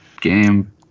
game